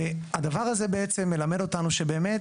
הדבר הזה בעצם מלמד אותנו שבאמת,